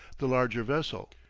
the larger vessel.